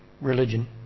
religion